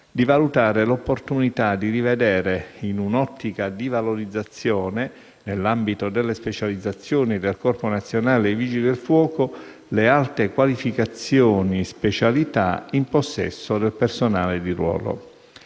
di valutare «l'opportunità di rivedere in un'ottica di valorizzazione, nell'ambito delle specializzazioni del Corpo nazionale dei vigili del fuoco, le alte qualificazioni/specialità in possesso del personale di ruolo».